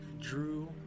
Drew